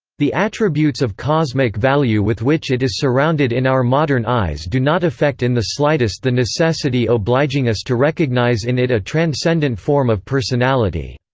the attributes of cosmic value with which it is surrounded in our modern eyes do not affect in the slightest the necessity obliging us to recognize in it a transcendent form of personality.